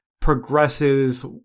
progresses